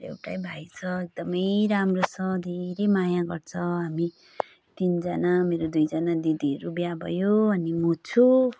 मेरो एउटै भाइ छ एकदमै राम्रो छ धेरै माया गर्छ हामी तिनजना मेरो दुईजना दिदीहरू बिहा भयो अनि म छु